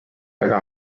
väga